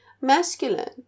masculine